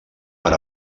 per